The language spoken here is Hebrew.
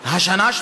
השנה,